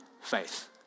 faith